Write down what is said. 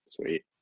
sweet